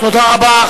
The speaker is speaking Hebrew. תודה רבה.